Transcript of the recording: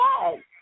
yes